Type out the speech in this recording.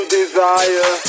desire